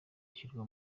ishyirwa